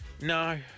No